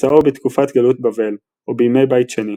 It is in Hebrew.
מוצאו בתקופת גלות בבל או בימי בית שני,